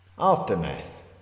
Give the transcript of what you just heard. Aftermath